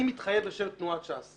אני מתחייב בשם תנועת ש"ס: